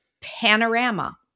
Panorama